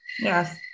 Yes